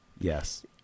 Yes